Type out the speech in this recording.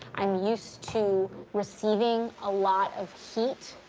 i'm used to receiving a lot of heat.